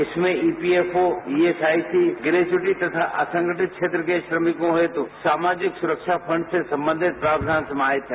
इसमें EPFO ESIC gratuity तथा असंगठित क्षेत्र के श्रमिकों हेतु सामाजिक सुरक्षा फंड से सम्बन्धित प्रावधान समाहित हैं